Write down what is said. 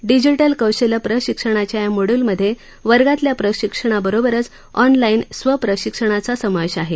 digital कौशल्य प्रशिक्षणाच्या या मोड्यूलमध्ये वर्गातल्या प्रशिक्षणाबरोबरच ऑनलाईन स्व प्रशिक्षणाचा समावेश आहे